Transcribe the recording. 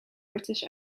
british